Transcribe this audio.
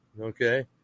Okay